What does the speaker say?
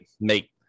make